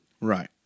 Right